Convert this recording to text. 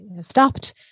stopped